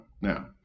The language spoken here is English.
Now